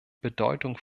bedeutung